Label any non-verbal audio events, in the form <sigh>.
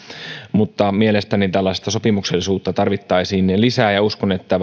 mutta mielestäni tällaista sopimuksellisuutta tarvittaisiin lisää ja uskon että <unintelligible>